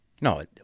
No